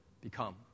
become